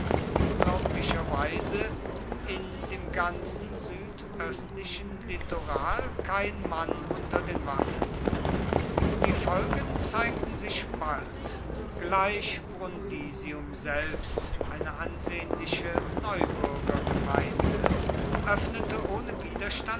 unglaublicherweise in dem ganzen südöstlichen litoral kein mann unter den waffen die folgen zeigten sich bald gleich brundisium selbst eine ansehnliche neubürgergemeinde öffnete ohne widerstand